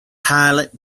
pilot